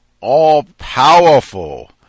All-powerful